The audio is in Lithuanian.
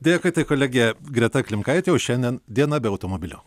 dėkui tai kolegė greta klimkaitė jau šiandien diena be automobilio